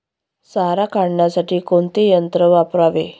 सारा काढण्यासाठी कोणते यंत्र वापरावे?